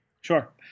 sure